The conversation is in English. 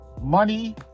Money